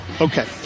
okay